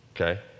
Okay